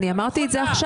אני אמרתי את זה עכשיו.